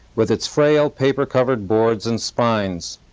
with its frail paper-covered boards and spines.